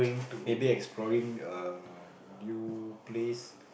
maybe exploring a new place